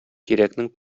тирәкнең